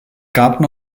garten